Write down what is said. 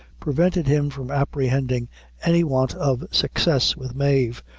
prevented him from apprehending any want of success with mave,